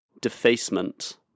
Defacement